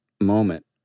moment